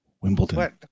Wimbledon